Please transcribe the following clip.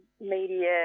media